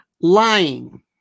Lying